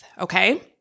okay